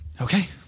Okay